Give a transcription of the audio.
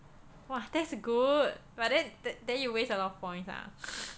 !wah! that's good but then that then you waste a lot of points ah